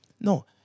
No